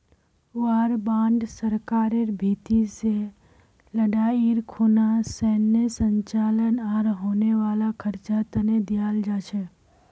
war bond सरकारेर भीति से लडाईर खुना सैनेय संचालन आर होने वाला खर्चा तने दियाल जा छे